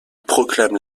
proclame